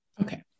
Okay